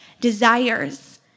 desires